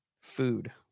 Food